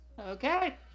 Okay